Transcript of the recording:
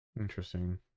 Interesting